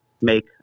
make